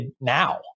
now